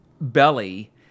belly